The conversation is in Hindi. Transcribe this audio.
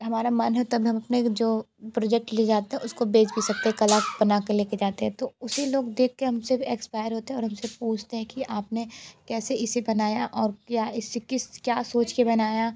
हमारा मन है तब हम अपने जो प्रोजेक्ट ले जाते हैं उसको बेच भी सकते कला बना के ले के जाते हैं तो उसे लोग देख के हम से एक्सपायर होते हैं और हम से पूछते हैं कि आप ने कैसे इसे बनाया और क्या इसे किस क्या सोच के बनाया